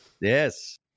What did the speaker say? Yes